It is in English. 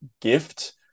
gift